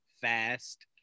fast